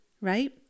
right